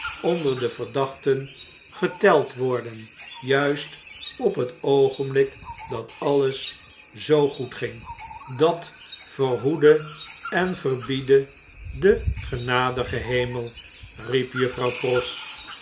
onder de verdachten geteld worden juist op het oogenblik dat alles zoo goed ging dat verhoede en verbiede de genadige hemel riep juffrouw pross